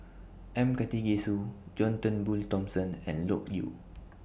M Karthigesu John Turnbull Thomson and Loke Yew